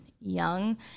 young